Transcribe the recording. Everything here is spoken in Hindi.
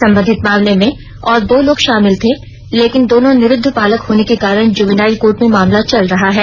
संबंधित मामले में और दो लोग शामिल थे लेकिन दोनों निरुद्व बालक होने के कारण जुवेनाइल कोर्ट में मामला चल रहा है